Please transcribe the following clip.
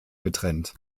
getrennt